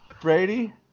Brady –